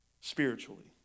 spiritually